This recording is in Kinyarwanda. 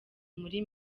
muri